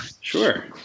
sure